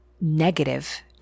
negative